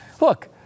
Look